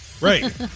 Right